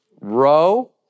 Row